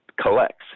collects